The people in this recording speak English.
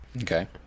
Okay